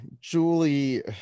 Julie